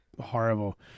horrible